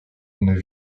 une